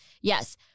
Yes